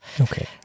Okay